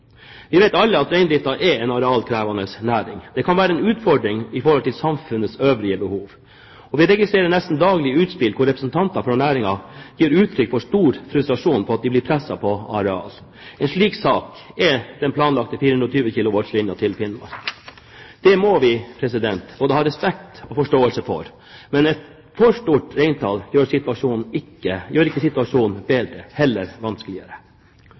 Vi vet alle at reindriften er en arealkrevende næring. Det kan være en utfordring i forhold til samfunnets øvrige behov. Vi registrerer nesten daglig utspill hvor representanter for næringen gir uttrykk for stor frustrasjon for at de blir presset på areal. En slik sak er den planlagte 420-kilovoltslinjen til Finnmark. Det må vi både ha respekt og forståelse for. Men et for stort reintall gjør ikke situasjonen bedre, heller vanskeligere,